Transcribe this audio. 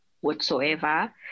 whatsoever